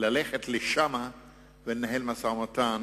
ללכת לשם ולנהל משא-ומתן,